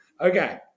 Okay